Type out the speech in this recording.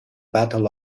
battle